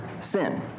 sin